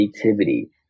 creativity